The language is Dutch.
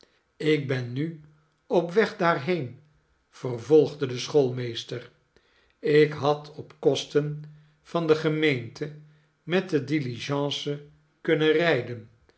ik ben nu op weg daarheen vervolgde de schoolmeester ik had op kosten van de gemeente met de diligence kunnen rijden